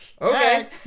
Okay